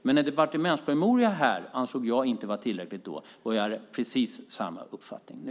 Men en departementspromemoria här ansåg jag inte vara tillräckligt då, och jag har precis samma uppfattning nu.